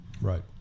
right